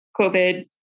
COVID